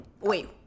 Wait